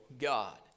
God